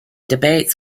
debates